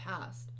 past